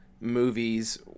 movies